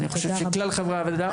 ואני חושב שזו תפיסת כלל חברי הוועדה,